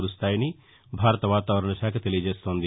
కురుస్తాయని భారత వాతావరణ శాఖ తెలియజేస్తోంది